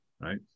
right